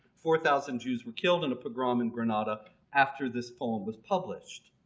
four thousand jews were killed in a pogrom in granada after this poem was published.